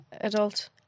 adult